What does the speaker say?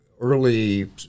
early